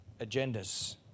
agendas